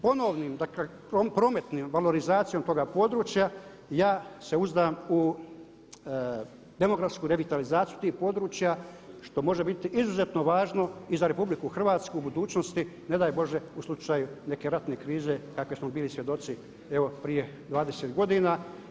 Ponovnim, dakle prometnom valorizacijom toga područja ja se uzdam u demografsku revitalizaciju tih područja što može biti izuzetno važno i za RH u budućnosti ne daj Bože u slučaju neke ratne krize kakve smo bili svjedoci evo prije 20 godina.